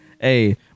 Hey